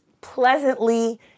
pleasantly